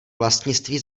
vlastnictví